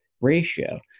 ratio